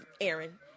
Aaron